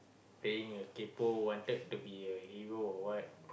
being a kaypo wanted to be a hero or what